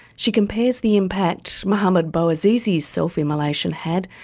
she compares the impact mohamed bouazizi's self-immolation had,